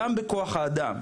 גם בכוח האדם.